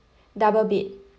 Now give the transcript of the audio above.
double bed